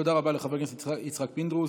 תודה רבה לחבר הכנסת יצחק פינדרוס.